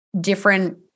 different